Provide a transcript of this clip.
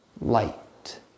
light